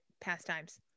pastimes